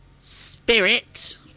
Spirit